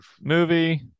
movie